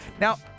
Now